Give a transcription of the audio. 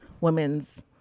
women's